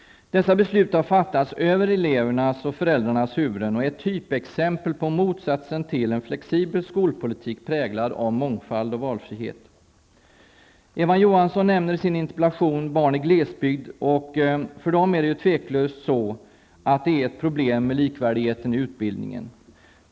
Dessa beslut har fattats över elevernas och föräldrarnas huvuden och är typexempel på motsatsen till en flexibel skolpolitik, präglad av mångfald och valfrihet. Eva Johansson nämner i sin interpellation barn i glesbygd, och för dem är det ju tveklöst problem med likvärdigheten i utbildningen.